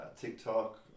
TikTok